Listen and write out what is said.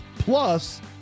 Plus